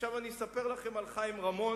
עכשיו אני אספר לכם על חיים רמון,